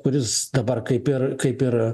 kuris dabar kaip ir kaip ir